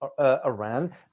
Iran